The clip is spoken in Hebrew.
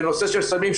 בנושא של סמים.